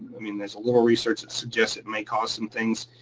i mean, there's a little research that suggests it may cause some things,